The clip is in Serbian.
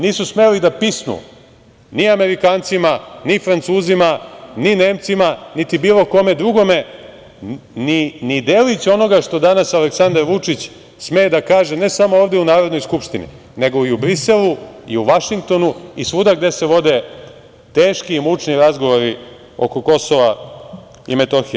Nisu smeli da pisnu ni Amerikancima, ni Francuzima, ni Nemcima, niti bilo kom drugom ni delić onoga što danas Aleksandar Vučić sme da kaže ne samo ovde u Narodnoj skupštini, nego i u Briselu i u Vašingtonu i svuda gde se vode teški i mučni razgovori oko Kosova i Metohije.